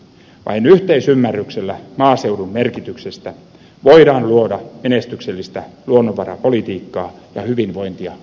vain yhteisymmärryksellä maaseudun merkityksestä voidaan luoda menestyksellistä luonnonvarapolitiikkaa ja hyvinvointia koko suomelle